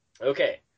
Okay